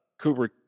Kubrick